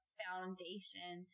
foundation